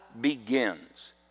begins